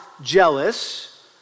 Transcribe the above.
jealous